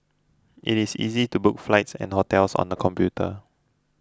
it is easy to book flights and hotels on the computer